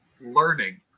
learning